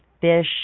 fish